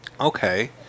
okay